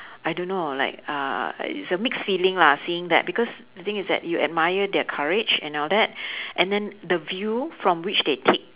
I don't know uh like uh it's a mix feeling lah seeing that because the thing is that you admire their courage and all that and then the view from which they take